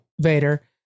Vader